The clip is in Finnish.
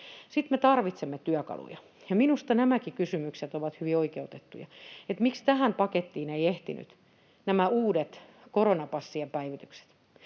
Sitten me tarvitsemme työkaluja, ja minusta nämäkin kysymykset ovat hyvin oikeutettuja — että miksi tähän pakettiin eivät ehtineet nämä uudet koronapassien päivitykset.